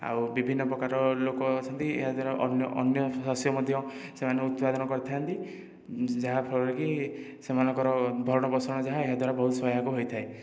ଆଉ ବିଭିନ୍ନ ପ୍ରକାର ଲୋକ ଅଛନ୍ତି ଏହା ଦ୍ଵାରା ଅନ୍ୟ ଅନ୍ୟ ଶସ୍ୟ ମଧ୍ୟ ସେମାନେ ଉତ୍ପାଦନ କରିଥାନ୍ତି ଯାହା ଫଳରେକି ସେମାନଙ୍କର ଭରଣ ପୋଷଣ ଯାହା ଏହାଦ୍ଵାରା ବହୁତ ସହାୟକ ହୋଇଥାଏ